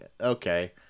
okay